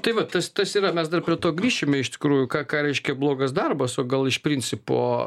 tai va tas tas yra mes dar prie to grįšime iš tikrųjų ką ką reiškia blogas darbas o gal iš principo